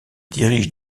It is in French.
dirige